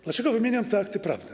Dlaczego wymieniam te akty prawne?